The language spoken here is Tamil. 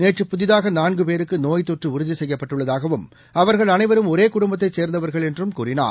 நேற்று புதிதாகநான்குபேருக்குநோய்த்தொற்றுஉறுதிசெய்யப்பட்டுள்ளதாகவும் அவர்கள் அனைவரும் ஒரேகுடும்பத்தைசேர்ந்தவர்கள் என்றும் கூறினார்